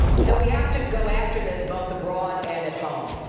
so we have to go after this both abroad and at home.